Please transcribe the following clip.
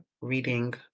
reading